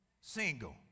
single